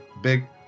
big